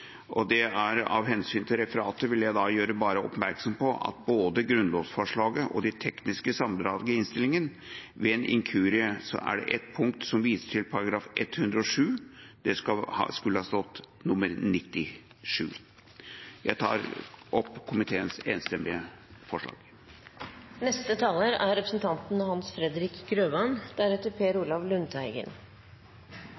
Av hensyn til referatet vil jeg gjøre oppmerksom på at det ved en inkurie i både grunnlovsforslaget og det tekniske sammendraget i innstillinga er et punkt som viser til § 107. Det skulle stått § 97. Jeg anbefaler komiteens enstemmige tilråding. Det er